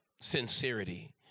sincerity